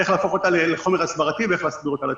איך להפוך אותה לחומר הסברתי ואיך להסביר אותה לציבור.